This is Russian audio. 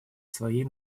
своей